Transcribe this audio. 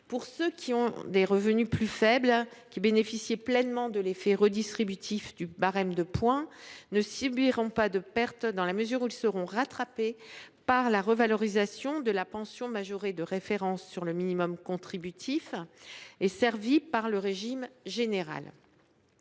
à ceux qui ont des revenus plus faibles, et qui bénéficiaient pleinement de l’effet redistributif du barème de points, ils ne subiront pas de perte dans la mesure où leurs revenus seront rattrapés par la revalorisation de la pension majorée de référence sur le minimum contributif et servie par le régime général.